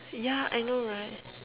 yeah I know right